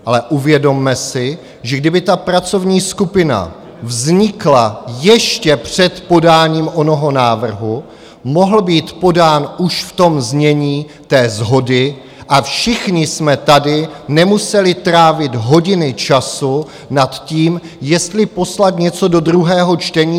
Ale uvědomme si, že kdyby ta pracovní skupina vznikla ještě před podáním onoho návrhu, mohl být podán už ve znění té shody a všichni jsme tady nemuseli trávit hodiny času nad tím, jestli poslat něco do druhého čtení.